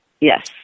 Yes